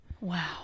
Wow